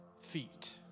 feet